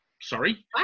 sorry